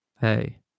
Hey